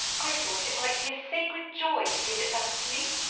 i tliought it might be a sacred joy to give it back to me.